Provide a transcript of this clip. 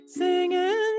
singing